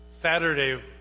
Saturday